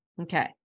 Okay